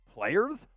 Players